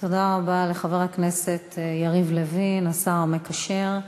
תודה לחבר הכנסת יריב לוין, השר המקשר.